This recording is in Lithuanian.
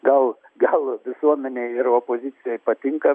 gal gal visuomenei ir opozicijai patinka